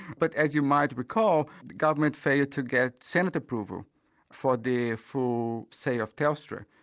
but as you might recall, the government failed to get senate approval for the full sale of telstra.